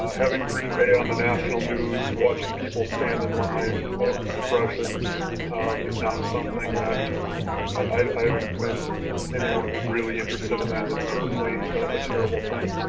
having green bay on the national news, watching people stand in line, voter suppression is not something that i haven't met anyone who is really interested in that and certainly a terrible thing.